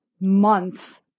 month